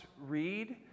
read